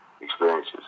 experiences